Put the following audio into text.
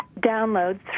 downloads